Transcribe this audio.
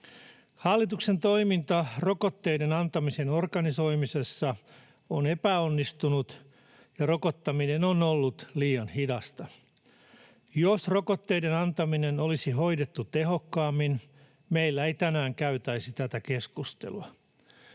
Hallituksen toiminta rokotteiden antamisen organisoimisessa on epäonnistunut, ja rokottaminen on ollut liian hidasta. Jos rokotteiden antaminen olisi hoidettu tehokkaammin, meillä ei tänään käytäisi tätä keskustelua.